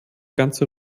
ganze